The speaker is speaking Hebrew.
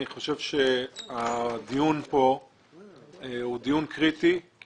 אני חושב שהדיון כאן הוא דיון קריטי כי